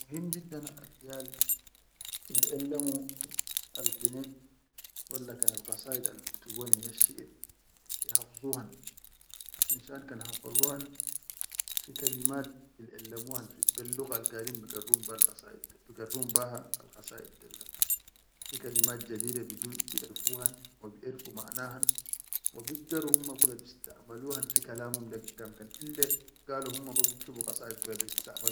Muhim jiddan al iyal biʼellamo al kine walla kan al khasaʼid al biktubum hene shiʼir ihafzuwan finshan kan hafazuwan, fi kalimat bilʼellamowan bil luggan al gaid bi garrum be ha alʼasaid del da, fi kalimat jadida biju biʼerfuhan wa biʼerfu manaʼan wa bigdoro humma kula bistamaloʼan fi kalamun le giddaman kan ille galo humma bas biktubul qasaʼid kula.